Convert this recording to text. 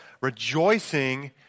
rejoicing